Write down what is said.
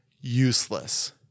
Useless